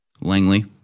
Langley